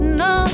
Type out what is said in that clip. no